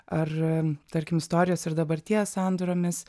ar tarkim istorijos ir dabarties sandūromis